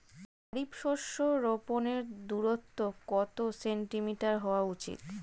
খারিফ শস্য রোপনের দূরত্ব কত সেন্টিমিটার হওয়া উচিৎ?